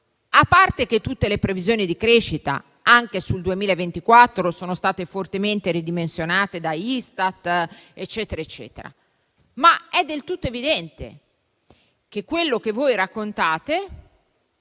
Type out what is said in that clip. il fatto che tutte le previsioni di crescita, anche sul 2024, sono state fortemente ridimensionate dall'Istat, è del tutto evidente che quello che raccontate